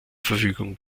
verfügung